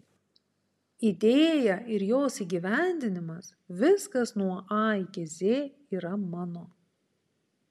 idėja ir jos įgyvendinimas viskas nuo a iki z yra mano